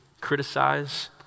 criticize